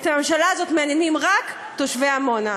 את הממשלה הזאת מעניינים רק תושבי עמונה.